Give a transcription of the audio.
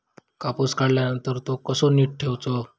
कापूस काढल्यानंतर तो कसो नीट ठेवूचो?